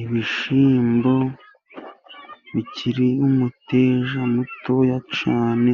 Ibishyimbo bikiri imiteja mitoya cyane,